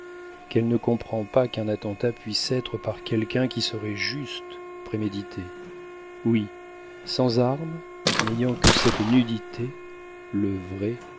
qu'elle ne comprend pas qu'un attentat puisse être par quelqu'un qui serait juste prémédité oui sans armes n'ayant que cette nudité le vrai